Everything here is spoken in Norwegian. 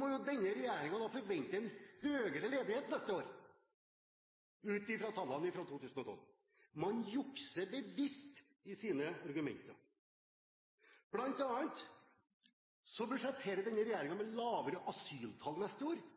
må jo denne regjeringen nå forvente en høyere ledighet neste år ut fra tallene fra 2012. Man jukser bevisst i sine argumenter. Blant annet budsjetterer denne regjeringen med lavere asyltall neste år,